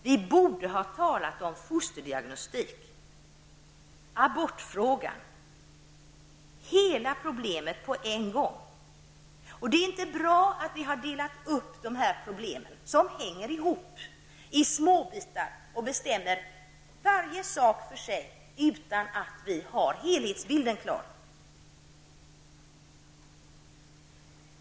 Vi borde också ha talat om fosterdiagnostik och abortfrågan, dvs. hela problemet på en gång. Det är inte bra att vi delar upp dessa problem, som ju hänger ihop, i småbitar och fattar beslut om varje delproblem för sig utan att vi har helhetsbilden klar för oss.